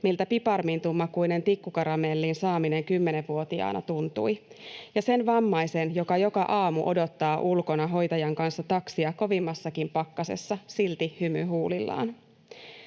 miltä piparmintunmakuisen tikkukaramellin saaminen kymmenenvuotiaana tuntui; sen vammaisen, joka joka aamu odottaa ulkona hoitajan kanssa taksia kovimmassakin pakkasessa, silti hymy huulillaan.